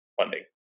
funding